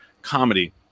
comedy